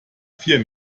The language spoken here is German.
vier